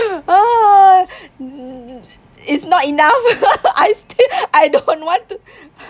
ah it's not enough I still I don't want to